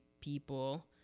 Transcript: people